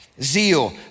Zeal